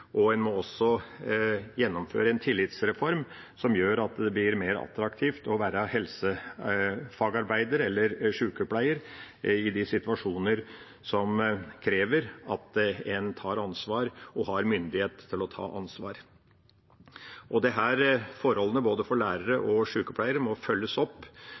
og en må også gjennomføre en tillitsreform som gjør at det blir mer attraktivt å være helsefagarbeider eller sykepleier i de situasjoner som krever at en tar ansvar og har myndighet til å ta ansvar. Disse forholdene, både for lærere og for sykepleiere, må følges opp